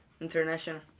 international